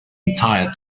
entire